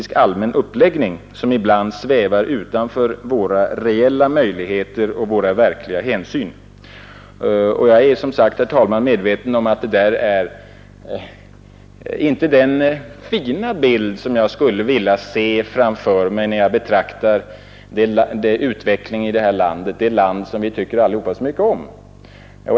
upprättande allmän uppläggning som ibland svävar utanför våra reella möjligheter och —2Y diplomatiska våra verkliga hänsyn. förbindelser med Jag är, som sagt, herr talman, medveten om att detta inte är den fina — TYSka demokratiska republiken bild som jag skulle vilja se framför mig när jag betraktar utvecklingen i det här landet — det land som vi allesammans tycker så mycket om.